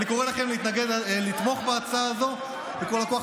אני קורא לכם לתמוך בהצעה הזו בכל הכוח,